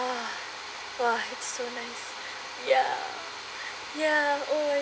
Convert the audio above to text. !wah! !wah! it's so nice ya ya oh my